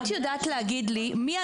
את יודעת להגיד מי,